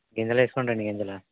గింజెలెక్కువుంటాయండి గింజలు